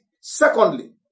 Secondly